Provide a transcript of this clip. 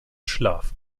schlaf